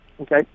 okay